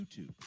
YouTube